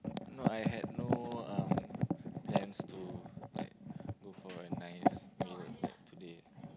no I had no um plans to like go for a nice meal like today